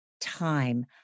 time